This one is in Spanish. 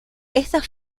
estas